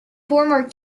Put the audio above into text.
former